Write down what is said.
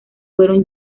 fueron